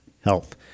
health